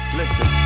listen